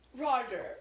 Roger